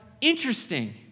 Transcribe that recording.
interesting